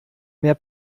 mehr